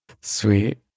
Sweet